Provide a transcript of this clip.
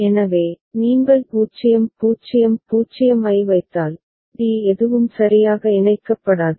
எனவே நீங்கள் 0 0 0 ஐ வைத்தால் D எதுவும் சரியாக இணைக்கப்படாது